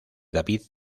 david